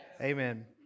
Amen